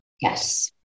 Yes